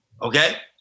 Okay